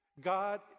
God